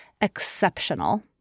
exceptional